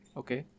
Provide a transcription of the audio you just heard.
okay